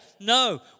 No